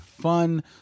fun